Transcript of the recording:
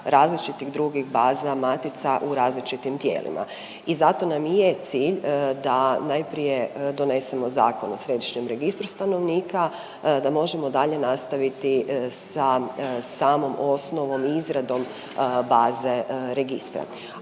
različitih drugih baza matica u različitim tijelima. I zato nam i je cilj da najprije donesemo Zakon o Središnjem registru stanovnika da možemo dalje nastaviti sa samom osnovom i izradom baze registra,